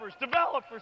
developers